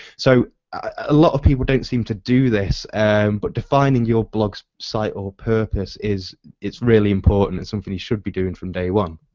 so a lot of people didn't seem to do this and but defining your blog's site ah purpose is really important, it's something you should be doing from day one.